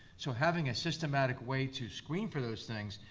so having a systematic way to screen for those things,